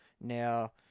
Now